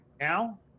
now